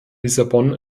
lissabon